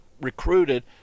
recruited